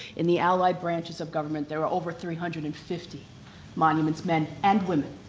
in the allied branches of government there were over three hundred and fifty monuments men and women.